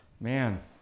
man